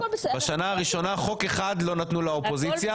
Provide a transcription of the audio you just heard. בשנה הראשונה חוק אחד לא נתנו לאופוזיציה,